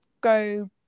go